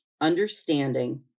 understanding